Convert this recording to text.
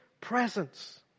presence